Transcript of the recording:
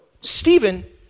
Stephen